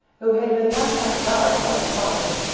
who had been left on guard by her mother,